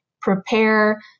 prepare